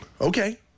Okay